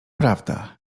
prawda